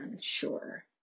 sure